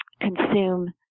consume